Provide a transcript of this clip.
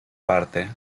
parte